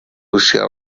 lucia